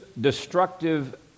destructive